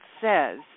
says